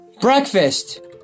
Breakfast